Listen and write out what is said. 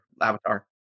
Avatar